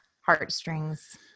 heartstrings